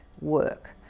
work